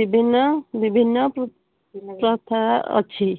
ବିଭିନ୍ନ ବିଭିନ୍ନ ପ୍ରଥା ଅଛି